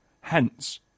Hence